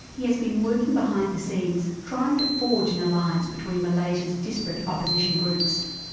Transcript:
he has been working behind the scenes trying to forge an alliance between malaysia's disparate opposition groups,